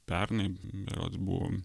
pernai berods buvom